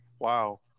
Wow